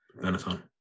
Benetton